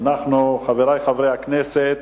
חברי חברי הכנסת,